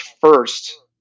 first